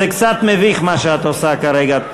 זה קצת מביך מה שאת עושה כרגע.